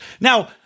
Now